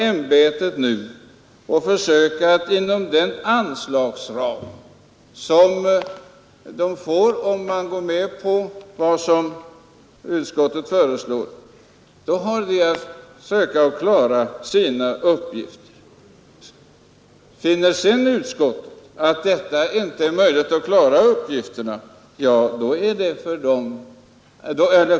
Om riksdagen går med på vad utskottet föreslår har ämbetet att försöka klara sina uppgifter inom den givna anslagsramen.